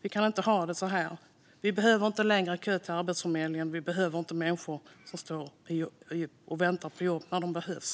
Vi kan inte ha det så här. Vi behöver inte en längre kö till Arbetsförmedlingen, utan vi behöver människor som står och väntar på jobb när de behövs.